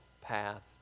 path